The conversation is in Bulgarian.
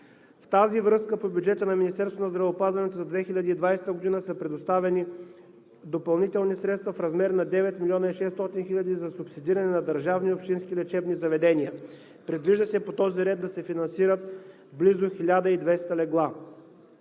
на здравеопазването за 2020 г. са предоставени допълнителни средства в размер на 9 млн. и 600 хиляди за субсидиране на държавни и общински лечебни заведения. Предвижда се по този ред да се финансират близо 1200 легла.